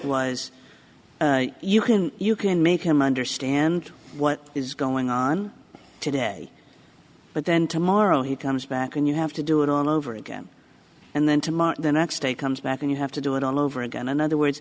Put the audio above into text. was you can you can make him understand what is going on today but then tomorrow he comes back and you have to do it on over again and then tomorrow the next day comes back and you have to do it all over again in other words